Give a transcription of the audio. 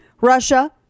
russia